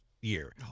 year